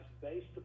based